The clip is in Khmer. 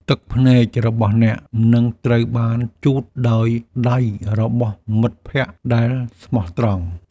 ទឹកភ្នែករបស់អ្នក នឹងត្រូវបានជូតដោយដៃរបស់មិត្តភក្តិដែលស្មោះត្រង់។